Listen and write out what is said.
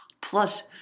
Plus